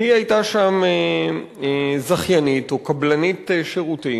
והיא היתה שם זכיינית או קבלנית שירותים,